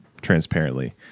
transparently